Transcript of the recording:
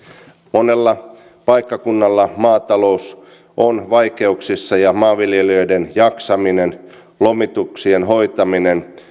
monella paikkakunnalla maatalous on vaikeuksissa ja maanviljelijöiden jaksaminen sekä lomituksien hoitaminen